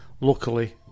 luckily